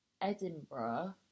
Edinburgh